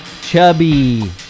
chubby